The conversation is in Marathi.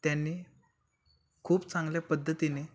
त्यांनी खूप चांगल्या पद्धतीने